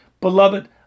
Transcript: Beloved